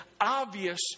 obvious